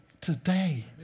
today